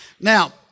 Now